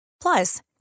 Plus